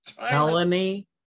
Melanie